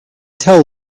tell